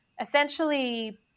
essentially